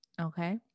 Okay